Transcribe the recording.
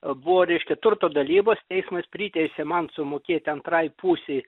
buvo reiškia turto dalybos teismas priteisė man sumokėt antrai pusei